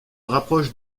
rapproche